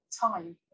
time